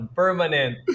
permanent